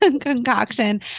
concoction